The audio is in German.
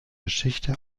geschichte